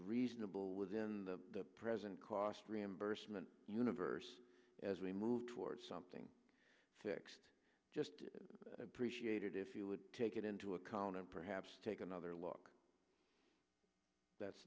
reasonable within the present cost reimbursement universe as we move toward something tex just appreciate it if you would take it into account and perhaps take another look